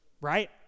right